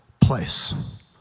place